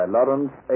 Lawrence